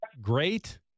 great